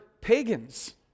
pagans